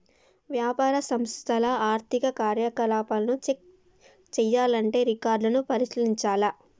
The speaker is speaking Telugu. వ్యాపార సంస్థల ఆర్థిక కార్యకలాపాలను చెక్ చేయాల్లంటే రికార్డులను పరిశీలించాల్ల